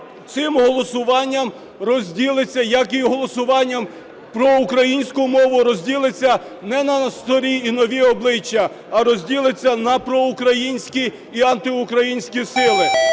цим голосуванням розділиться, як і голосуванням про українську мову, розділиться не на старі і нові обличчя, а розділиться на проукраїнські і антиукраїнські сили.